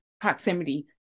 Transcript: proximity